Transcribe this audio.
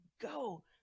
go